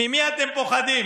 ממי אתם פוחדים?